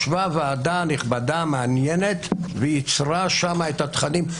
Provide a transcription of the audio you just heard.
ישבה ועדה נכבדה, מעניינת, וייצרה שם את התכנים.